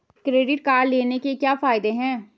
Credit card लेने के क्या फायदे हैं?